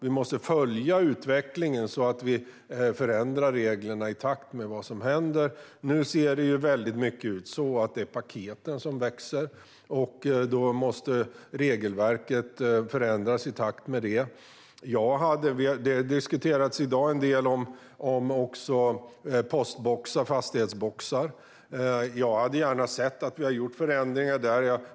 Vi måste följa utvecklingen så att vi förändrar reglerna i takt med vad som händer. Nu är det paketen som växer, och då måste regelverket förändras i takt med det. Det har diskuterats en del i dag om postboxar och fastighetsboxar, och där hade jag gärna sett att vi hade gjort förändringar.